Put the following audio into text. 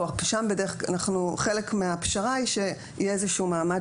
חלק מהפשרה הוא שיהיה איזשהו מעמד